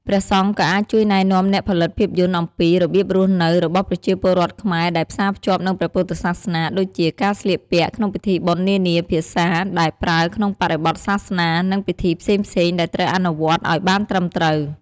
ព្រះសង្ឃក៏អាចជួយណែនាំអ្នកផលិតភាពយន្តអំពី របៀបរស់នៅ របស់ប្រជាពលរដ្ឋខ្មែរដែលផ្សារភ្ជាប់នឹងព្រះពុទ្ធសាសនា ដូចជា ការស្លៀកពាក់ ក្នុងពិធីបុណ្យនានា ភាសា ដែលប្រើក្នុងបរិបទសាសនា និង ពិធីផ្សេងៗ ដែលត្រូវអនុវត្តឲ្យបានត្រឹមត្រូវ។